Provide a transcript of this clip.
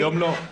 היום לא.